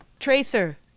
Tracer